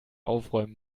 aufräumen